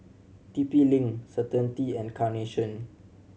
T P Link Certainty and Carnation